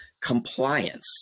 compliance